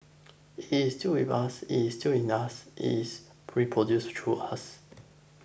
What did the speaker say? it's still with us it's still in us it is reproduced through us